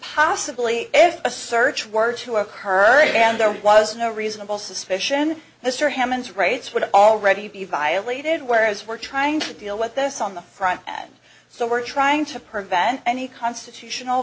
possibly if a search were to occur and there was no reasonable suspicion the store hammons rates would already be violated whereas we're trying to deal with this on the front end so we're trying to prevent any constitutional